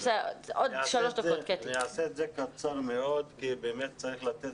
אני אהיה קצר מאוד כי באמת צריך לתת